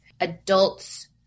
Adults